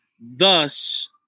thus